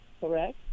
Correct